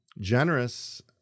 generous